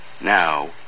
now